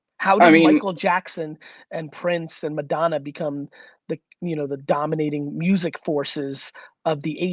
how did i mean michael jackson and prince and madonna become the you know the dominating music forces of the eighty